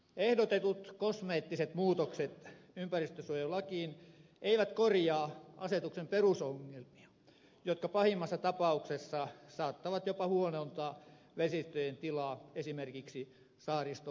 ehdotetut kosmeettiset muutokset ympäristönsuojelulakiin eivät korjaa asetuksen perusongelmia jotka pahimmassa tapauksessa saattavat jopa huonontaa vesistöjen tilaa esimerkiksi saaristo olosuhteissa